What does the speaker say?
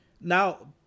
Now